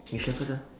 you share first ah